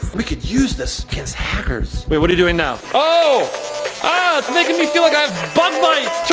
we could use this against hackers. wait what are you doing now? oh! ah, it's making me feel like i have bug bites!